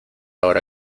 hora